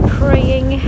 praying